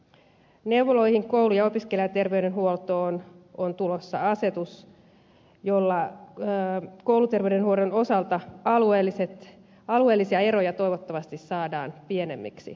neuvoloihin sekä koulu ja opiskelijaterveydenhuoltoon on tulossa asetus jolla kouluterveydenhuollon osalta alueellisia eroja toivottavasti saadaan pienemmiksi